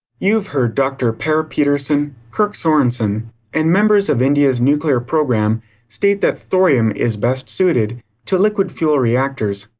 you've heard dr. per peterson, kirk sorensen and members of india's nuclear program state that thorium is best suited to liquid fuel reactors.